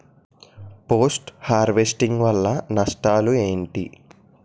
Post harvesting వల్ల నష్టాలు ఏంటి?